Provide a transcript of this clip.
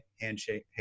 Handshake